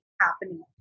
happening